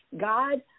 God